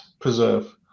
preserve